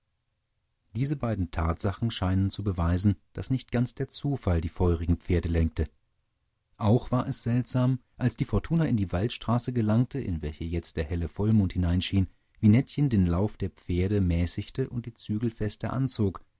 diese beiden tatsachen scheinen zu beweisen daß nicht ganz der zufall die feurigen pferde lenkte auch war es seltsam als die fortuna in die waldstraße gelangte in welche jetzt der helle vollmond hineinschien wie nettchen den lauf der pferde mäßigte und die zügel fester anzog